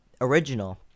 original